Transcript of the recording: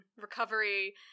recovery